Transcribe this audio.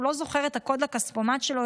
הוא לא זוכר את הקוד לכספומט שלו,